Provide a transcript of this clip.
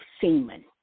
semen